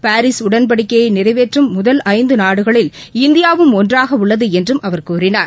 Paris உடன்படிக்கையை நிறைவேற்றும் முதல் ஐந்து நாடுகளில் இந்தியா வும் ஒன்றாக உள்ளது என்றும் அவர் கூறினார்